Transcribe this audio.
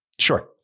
Sure